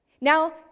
Now